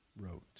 wrote